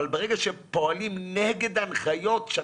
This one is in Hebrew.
אבל ברגע שהם פועלים נגד ההנחיות,